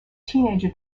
teenager